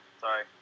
Sorry